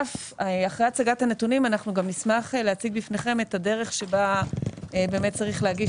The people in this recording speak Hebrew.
אחרי הצגת הנתונים אנחנו גם נשמח להציג בפניכם את הדרך שבה צריך להגיש